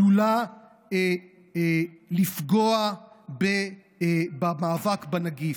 עלולה לפגוע במאבק בנגיף.